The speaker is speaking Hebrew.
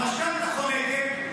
המשכנתה חוגגת,